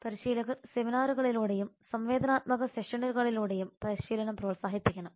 പരിശീലകർ സെമിനാറുകളിലൂടെയും സംവേദനാത്മക സെഷനുകളിലൂടെയും പരിശീലനം പ്രോത്സാഹിപ്പിക്കണം